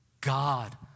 God